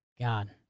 God